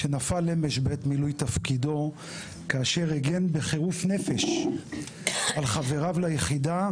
שנפל אמש בעת מילוי תפקידו כאשר הגן בחירוף נפש על חבריו ליחידה,